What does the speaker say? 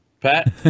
Pat